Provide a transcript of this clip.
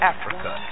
Africa